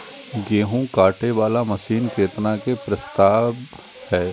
गेहूँ काटे वाला मशीन केतना के प्रस्ताव हय?